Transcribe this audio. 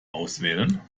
auswählen